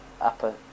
upper